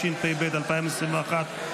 התשפ"ב 2021,